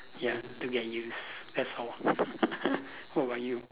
ya to get use that's all what about you